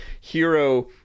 hero